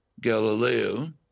Galileo